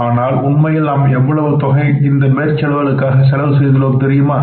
ஆனால் உண்மையில் நாம் எவ்வளவு தொகையை இந்த மேற்செலவுகளுக்காக செய்துள்ளோம் தெரியுமா